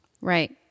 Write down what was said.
Right